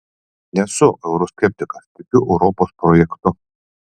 nesu euroskeptikas tikiu europos projektu